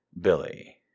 Billy